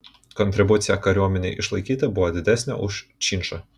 kontribucija kariuomenei išlaikyti buvo didesnė už činšą